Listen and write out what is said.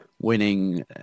winning